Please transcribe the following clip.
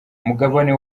mugabane